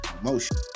emotion